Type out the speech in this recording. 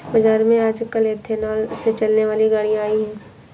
बाज़ार में आजकल एथेनॉल से चलने वाली गाड़ियां आई है